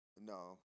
no